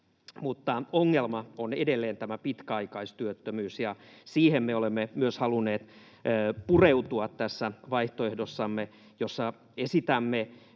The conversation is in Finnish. mutta ongelma on edelleen tämä pitkäaikaistyöttömyys, ja siihen me olemme myös halunneet pureutua tässä vaihtoehdossamme, jossa esitämme